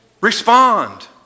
Respond